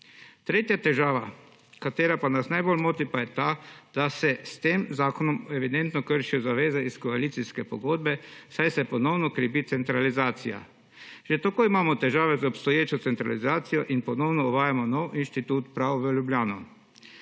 Tretja težava, ki pa nas najbolj moti, je ta, da se s tem zakonom evidentno kršijo zaveze iz koalicijske pogodbe, saj se ponovno krepi centralizacija. Že tako imamo težave z obstoječo centralizacijo in ponovno uvajamo nov institut prav v Ljubljani.